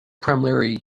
primarily